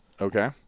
Okay